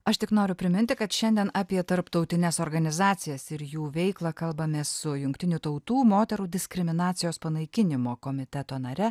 aš tik noriu priminti kad šiandien apie tarptautines organizacijas ir jų veiklą kalbamės su jungtinių tautų moterų diskriminacijos panaikinimo komiteto nare